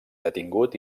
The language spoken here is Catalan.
detingut